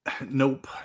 Nope